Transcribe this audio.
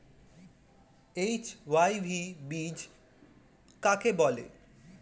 HYV বীজ কাকে বলে?